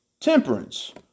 temperance